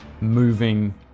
moving